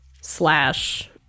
slash